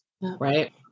Right